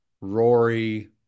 Rory